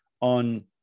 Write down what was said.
on